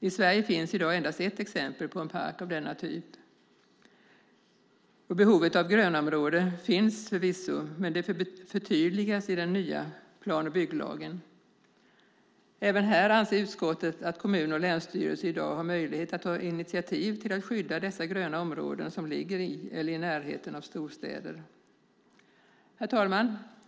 I Sverige finns i dag endast ett exempel på en park av denna typ. Behovet av grönområden finns förvisso, men det förtydligas i den nya plan och bygglagen. Även här anser utskottet att kommuner och länsstyrelse i dag har möjlighet att ta initiativ till att skydda dessa gröna områden som ligger i eller i närheten av storstäder. Herr talman!